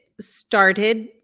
started